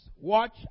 Watch